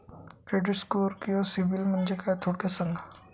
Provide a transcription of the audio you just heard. Credit score किंवा CIBIL म्हणजे काय? थोडक्यात सांगा